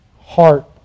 heart